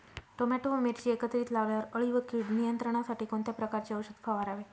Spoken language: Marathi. टोमॅटो व मिरची एकत्रित लावल्यावर अळी व कीड नियंत्रणासाठी कोणत्या प्रकारचे औषध फवारावे?